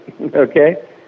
okay